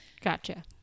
Gotcha